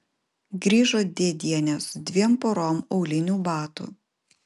grįžo dėdienė su dviem porom aulinių batų